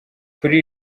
kuri